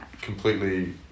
completely